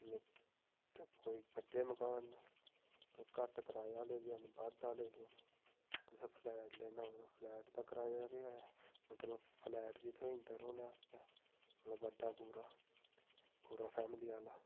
नि ते कोई बड्डे मकान न ते घट्ट कराया लेई आह्ले बी हैन बद्ध आह्ले कुसै फ्लैट लैना होऐ ओह् फ्लैट दा कराया बी ऐ मतलब फ्लैट बी थ्होई जंदा रौह्ने आस्तै मतलब बड्डा पूरा पूरा फैमली आह्ला